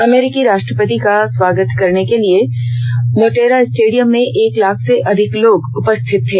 अमरीकी राष्ट्रपति का स्वागत करने के लिए मोटेरा स्टेडियम में एक लाख से अधिक लोग उपस्थित थे